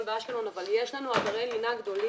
באשקלון אבל יש לנו אתרי לינה גדולים.